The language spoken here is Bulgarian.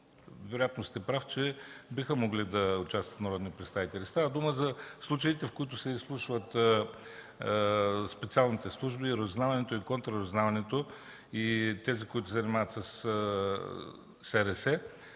законопроекти, прав сте, биха могли да участват народни представители. Става дума за случаите, в които се изслушват специалните служби – разузнаването, контраразузнаването и тези, които се занимават със СРС,